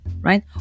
right